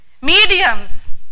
Mediums